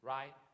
Right